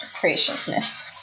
Graciousness